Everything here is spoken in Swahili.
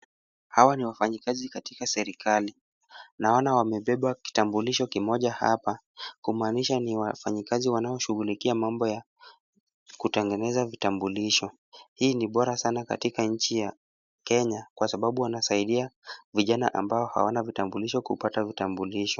Hawa ni wafanyakazi katika serikali. Naona wamebeba kitambulisho kimoja hapa kumaanisha ni wafanyakazi wanaoshughulikia mambo ya kutengeneza kitambulisho. Hili ki bora sana katika nchi ya Kenya kwa sababu wanasaidia vijana ambao hawana kitambulisho kupata vitambulisho.